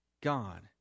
God